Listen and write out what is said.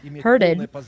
herded